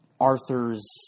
Arthur's